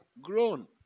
grown